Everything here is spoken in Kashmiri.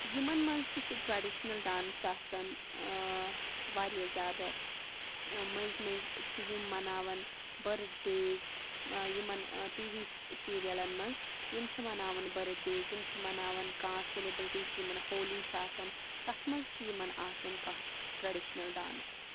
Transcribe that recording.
یمن مَنٛز تہِ چھُ ٹرٛیٚڈِشنَل ڈانٕس آسان ٲں واریاہ زیادٕ ٲں مٔنٛزۍ مٔنٛزۍ چھِ یم مناوان برٕتھ ڈیز یمن ٹی وی سیٖریَلَن مَنٛز یم چھِ مناوان برٕتھ ڈیز یم چھِ مناوان کانٛہہ سیٚلِبرٛٹی چھ یمن ہولی چھِ آسان تتھ مَنٛز چھِ یمن آسان کانٛہہ ٹرٛیٚڈِشنَل ڈانٕس